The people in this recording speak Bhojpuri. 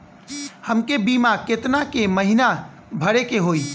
हमके बीमा केतना के महीना भरे के होई?